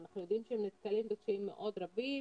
אנחנו יודעים שהם נתקלים בקשיים מאוד רבים.